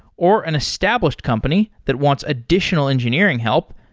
or an established company that wants additional engineering help,